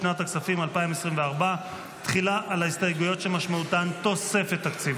לשנת הכספים 2024. תחילה על ההסתייגויות שמשמעותן תוספת תקציב.